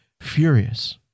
Furious